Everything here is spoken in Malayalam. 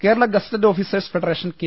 Kerala gazetted officers federation K